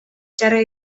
txarra